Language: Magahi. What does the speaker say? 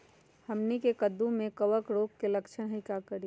हमनी के कददु में कवक रोग के लक्षण हई का करी?